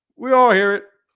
we all hear it